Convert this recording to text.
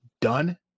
done